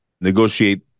negotiate